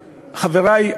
חברי,